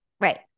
Right